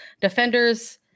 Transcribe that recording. Defenders